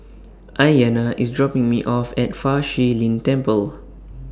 Aiyana IS dropping Me off At Fa Shi Lin Temple